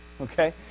Okay